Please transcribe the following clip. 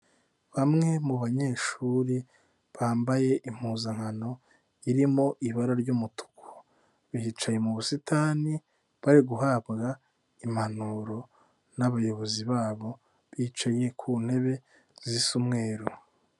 Bamwe mu banyeshuri bambaye impuzankano irimo ibara ry'umutuku, bicaye mu busitani bari guhabwa impanuro n'abayobozi babo bicaye ku ntebe zisa umweru.